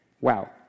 Wow